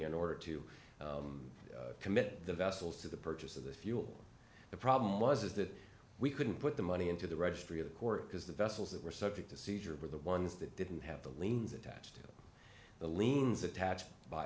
in order to commit the vessel to the purchase of the fuel the problem was is that we couldn't put the money into the registry of the court because the vessels that were subject to seizure were the ones that didn't have the liens attached to the liens attached by